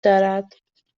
دارد